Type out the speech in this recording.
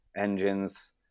engines